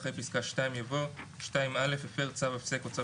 אחרי פסקה (2) יבוא: "(2א) הפר צו הפסק או צו